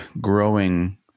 growing